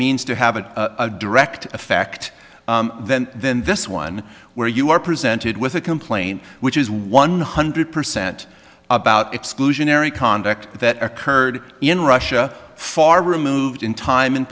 means to have a direct effect then then this one where you are presented with a complaint which is one hundred percent about exclusionary conduct that occurred in russia far removed in time